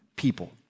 people